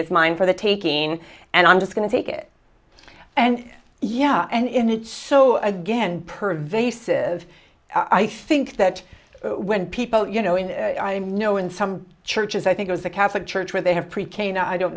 is mine for the taking and i'm just going to take it and yeah and it's so again per vases i think that when people you know and i know in some churches i think it was a catholic church where they have pre k now i don't